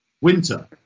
winter